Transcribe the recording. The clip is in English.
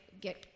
get